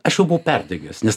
aš jau buvau perdegęs nes